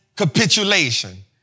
Capitulation